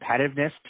competitiveness